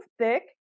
thick